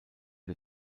der